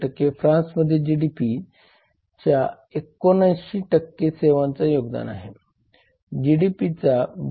तर निर्णय म्हणजे कायदे आणि नियम कुठे आणि कसे लागू केले जातात